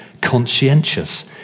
conscientious